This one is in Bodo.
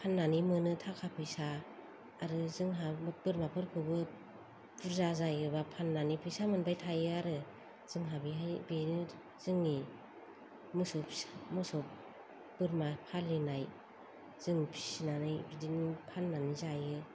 फाननानै मोनो थाखा फैसा आरो जोंहा बोरमाफोरखौबो बुरजा जायोबा फाननानै फैसा मोनबाय थायो आरो जोंहा बेहाय बेनो जोंनि मोसौ बोरमा फालिनाय जों फिसिनानै बिदिनो फाननानै जायो